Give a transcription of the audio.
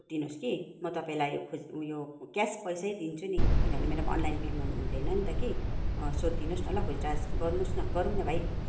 सोधिदिनुहोस् कि म तपाईँलाई उयो क्यास पैसै दिन्छु नि किनभने मेरोमा अनलाइन पेमेन्ट हुँदैन नि त कि सोधि दिनुहोस् न ल खुद्रा गर्नुहोस् न गरौँ न भाइ